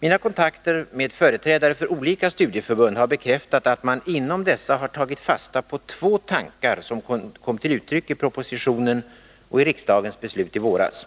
Mina kontakter med företrädare för olika studieförbund har bekräftat att man inom dessa tagit fasta på två tankar som kom till uttryck i propositionen och i riksdagens beslut i våras.